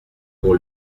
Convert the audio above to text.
pour